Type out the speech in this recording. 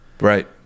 right